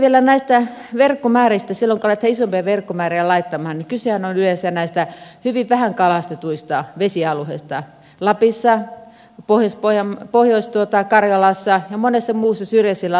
silloin kun aletaan isompia verkkomääriä laittamaan niin kysehän on yleensä näistä hyvin vähän kalastetuista vesialueista lapissa pohjois karjalassa ja monilla muilla syrjäisillä alueilla